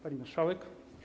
Pani Marszałek!